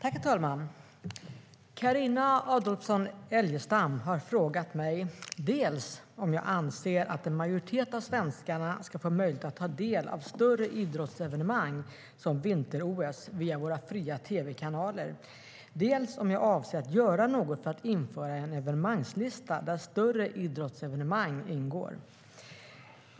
Herr talman! Carina Adolfsson Elgestam har frågat mig dels om jag anser att en majoritet av svenskarna ska få möjlighet att ta del av större idrottsevenemang som vinter-OS via våra fria tv-kanaler, dels om jag avser att göra något för att införa en evenemangslista där större idrottsevenemang ingår.